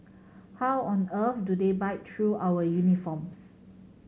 how on earth do they bite through our uniforms